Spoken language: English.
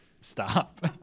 Stop